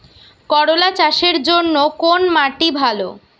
করলা চাষের জন্য কোন মাটি ভালো?